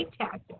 tactic